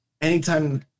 anytime